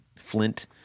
Flint